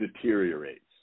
deteriorates